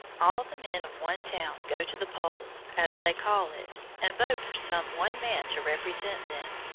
all the men of one town go to the polls, as they call it, and vote for some one man to represent them.